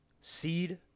Seed